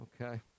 okay